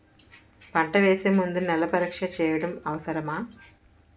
పంట వేసే ముందు నేల పరీక్ష చేయటం అవసరమా?